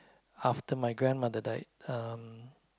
after my grandmother died um